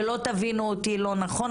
ולא תבינו אותי לא נכון,